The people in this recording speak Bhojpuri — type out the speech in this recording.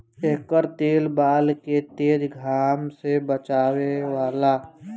एकर तेल बाल के तेज घाम से बचावेला